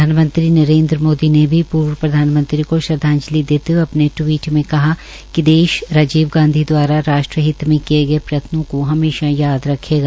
प्रधानमंत्री नरेन्द्र मोदी ने भी पूर्व प्रधानमंत्री को श्रद्वाजंलि देते हए अपने टवीट में कहा कि देश राजीव गांधी दवारा राष्ट्र हित में किए गए प्रयत्नों को हमेशा याद रखेगा